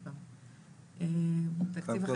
תקציב אחד,